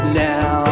now